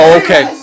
okay